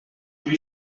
huit